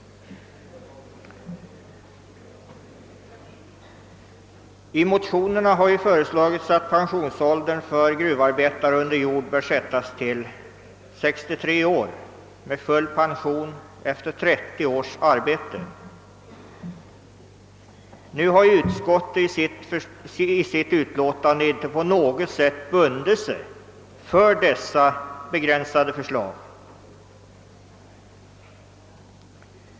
I motionerna har föreslagits att pensionsåldern för gruvarbetare under jord skall sättas till 63 år med full pension efter 30 års arbete. Utskottet har emellertid inte genom sitt utlåtande på något sätt bundit sig för dessa begränsade förslag.